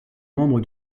membre